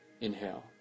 Inhale